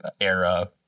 era